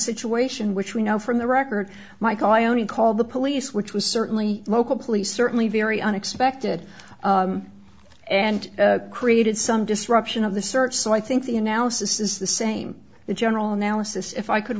situation which we know from the record michael i only called the police which was certainly local police certainly very unexpected and created some disruption of the search so i think the analysis is the same general analysis if i could